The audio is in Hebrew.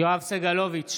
סגלוביץ'